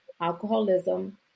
alcoholism